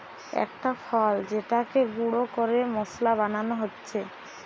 একটা ফল যেটাকে গুঁড়ো করে মশলা বানানো হচ্ছে